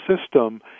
system